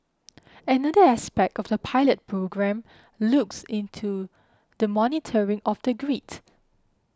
another aspect of the pilot programme looks into the monitoring of the grid